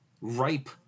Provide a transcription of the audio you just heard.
ripe